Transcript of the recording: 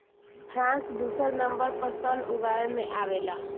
France दुसर number पर सन उगावे में आवेला